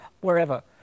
wherever